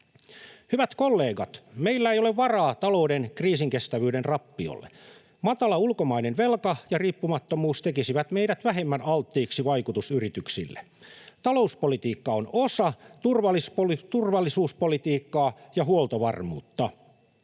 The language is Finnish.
Hyvät kollegat, meillä ei ole varaa talouden kriisinkestävyyden rappiolle. Matala ulkomainen velka ja riippumattomuus tekisivät meidät vähemmän alttiiksi vaikutusyrityksille. Talouspolitiikka on osa turvallisuuspolitiikkaa ja huoltovarmuutta.